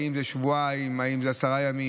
האם זה שבועיים, האם זה עשרה ימים.